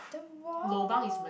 the wall